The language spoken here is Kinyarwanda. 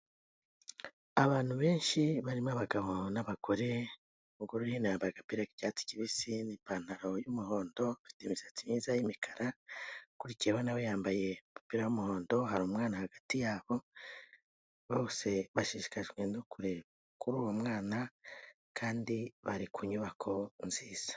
Abantu benshi barimo abagabo n'abagore, umugore wo hino yambaye agapira k'icyatsi kibisi n'ipantaro y'umuhondo, ufite imisatsi myiza y'mikara, ukuriyeho na we yambaye umupira w'umuhondo hari umwana hagati ya bo bose bashishikajwe no kureba kuri uwo mwana kandi bari ku nyubako nziza.